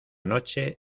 noche